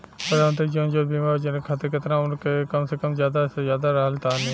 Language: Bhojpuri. प्रधानमंत्री जीवन ज्योती बीमा योजना खातिर केतना उम्र कम से कम आ ज्यादा से ज्यादा रहल चाहि?